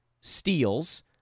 steals